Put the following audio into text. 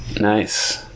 Nice